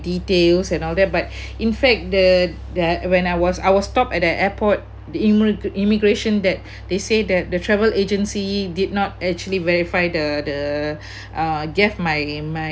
details and all that but in fact the there when I was I was stopped at the airport the immi~ immigration that they say that the travel agency did not actually verify the the uh gave my my